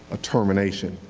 a termination.